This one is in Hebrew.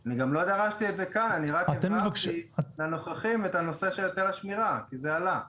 אני רק הסברתי לנוכחים את הנושא של היטל השמירה כי זה עלה,